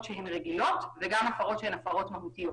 שהם רגילות וגם הפרות שהן הפרות מהותיות.